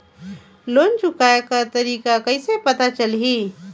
Loan चुकाय कर तारीक कइसे पता चलही?